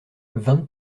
vingt